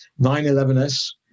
911S